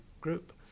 group